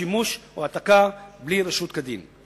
שימוש או העתקה בלי רשות כדין.